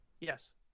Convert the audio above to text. Yes